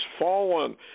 fallen